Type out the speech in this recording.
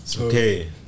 Okay